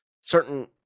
certain